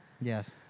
Yes